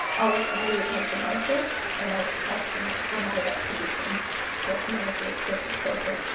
i was immediately demoted and i was placed in a made-up position called manager of special projects.